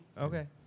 okay